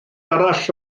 arall